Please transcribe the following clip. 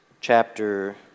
chapter